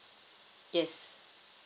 yes